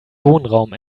wohnraum